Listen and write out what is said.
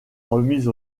remise